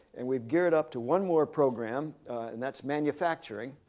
and we've geared up to one more program and that's manufacturing.